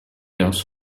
else